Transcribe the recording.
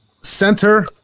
Center